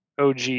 OG